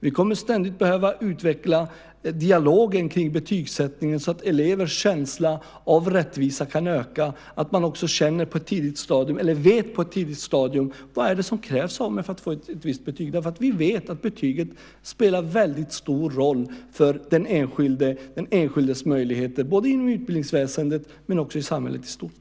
Vi kommer ständigt att behöva utveckla dialogen kring betygsättningen så att elevers känsla av rättvisa kan öka och så att man på ett tidigt stadium vet vad som krävs för att man ska få ett visst betyg. Vi vet att betyget spelar väldigt stor roll för den enskildes möjligheter både inom utbildningsväsendet och i samhället i stort.